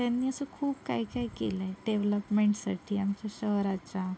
त्यांनी असं खूप काही काही केलं आहे डेवलपमेन्टसाठी आमच्या शहराच्या